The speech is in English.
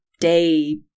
day